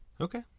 Okay